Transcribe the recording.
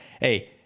hey